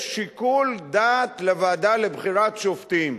יש שיקול דעת לוועדה לבחירת שופטים.